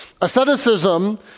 Asceticism